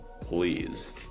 please